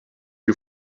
you